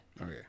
Okay